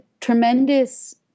tremendous